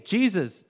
Jesus